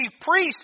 priests